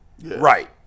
Right